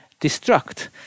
destruct